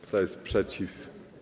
Kto jest przeciw?